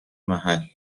محل